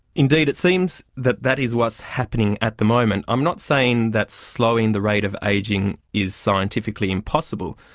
indeed it seems that that is what's happening at the moment. i'm not saying that slowing the rate of ageing is scientifically impossible,